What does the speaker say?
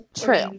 true